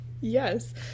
yes